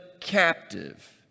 captive